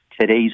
today's